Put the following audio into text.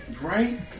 Right